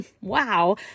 wow